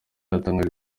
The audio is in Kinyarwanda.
yatangaje